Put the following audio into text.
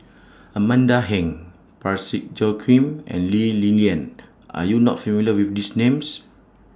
Amanda Heng Parsick Joaquim and Lee Li Lian Are YOU not familiar with These Names